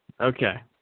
Okay